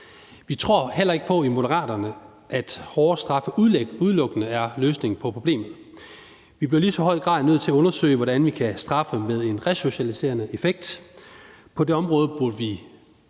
Vi tror heller ikke på i Moderaterne, at hårdere straffe udelukkende er løsningen på problemet. Vi bliver i lige så høj grad nødt til at undersøge, hvordan vi kan straffe med en resocialiserende effekt. På det område burde vi